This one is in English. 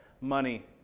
money